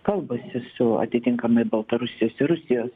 kalbasi su atitinkamai baltarusijos ir rusijos